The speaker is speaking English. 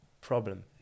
problem